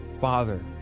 father